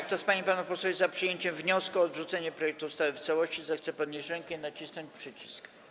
Kto z pań i panów posłów jest za przyjęciem wniosku o odrzucenie projektu ustawy w całości, zechce podnieść rękę i nacisnąć przycisk.